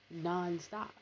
nonstop